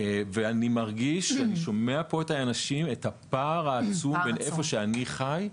כשאני שומע את האנשים פה אני מרגיש את הפער העצום בין איפה שאני חי,